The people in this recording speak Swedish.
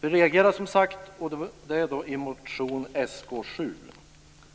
Vi reagerade som sagt, och detta återfinns i motion Sk7,